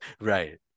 Right